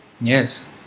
Yes